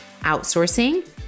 outsourcing